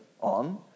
on